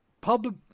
public